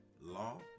law